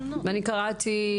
אני קראתי